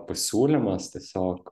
pasiūlymas tiesiog